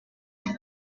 you